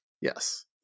Yes